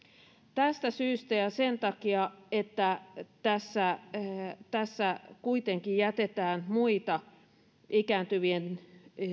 tästä syystä ja sen takia että tässä tässä kuitenkin jätetään muita ikääntyvien